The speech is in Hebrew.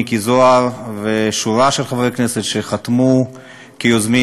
מיקי זוהר ושורה של חברי כנסת שחתמו כיוזמים,